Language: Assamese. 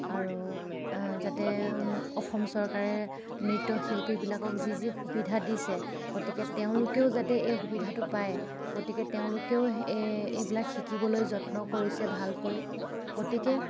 আৰু যাতে অসম চৰকাৰে নৃত্যশিল্পীবিলাকক যি যি সুবিধা দিছে গতিকে তেওঁলোকেও যাতে এই সুবিধাটো পায় গতিকে তেওঁলোকেও এ এইবিলাক শিকিবলৈ যত্ন কৰিছে ভালকৈ গতিকে